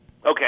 Okay